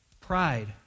pride